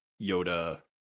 Yoda